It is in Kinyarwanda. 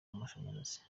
amashanyarazi